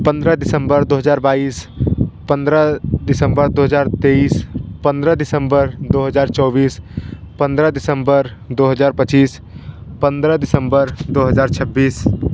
पंद्रह डिसम्बर दो हज़ार बाईस पंद्रह डिसम्बर दो हज़ार तेईस पंद्रह डिसम्बर दो हज़ार चौबीस पंद्रह डिसम्बर दो हज़ार पच्चीस पंद्रह डिसम्बर दो हज़ार छब्बीस